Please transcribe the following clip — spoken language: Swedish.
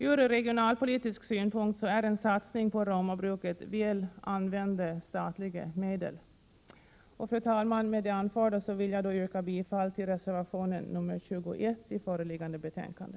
Ur regionalpolitisk synpunkt är en satsning på Romabruket väl använda statliga medel. Fru talman! Med det anförda vill jag yrka bifall till reservation nr 21 i föreliggande betänkande.